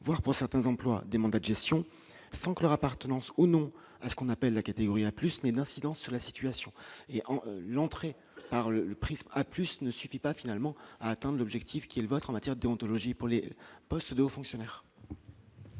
voire pour certains employes des mandats de gestion sans que leur appartenance ou non à ce qu'on appelle la catégorie la plus mais une incidence sur la situation, l'entrée par le prisme à plus ne suffit pas, finalement atteint l'objectif qui est le vôtre, matière déontologie pour les postes de fonctionnaires.